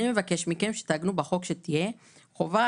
אני מבקש מכם שתעגנו בחוק שתהיה חובה